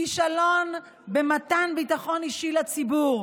כישלון במתן ביטחון אישי לציבור,